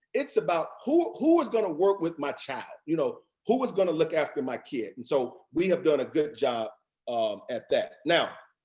it's about who who is going to work with my child? you know who is going to look after my kid? and so we have done a good job um at that. now,